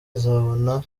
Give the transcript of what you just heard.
azabona